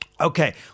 Okay